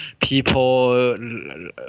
people